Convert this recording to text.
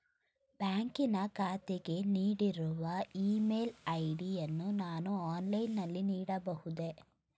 ಬ್ಯಾಂಕಿನ ಖಾತೆಗೆ ನೀಡಿರುವ ಇ ಮೇಲ್ ಐ.ಡಿ ಯನ್ನು ನಾನು ಆನ್ಲೈನ್ ನಲ್ಲಿ ನೀಡಬಹುದೇ?